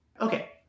Okay